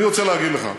אני רוצה להגיד לך,